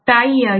ತಾಯಿಯಾಗಿ